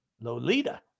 Lolita